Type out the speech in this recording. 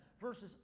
verses